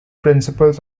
principles